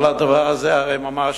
כל הדבר הזה ממש,